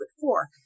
four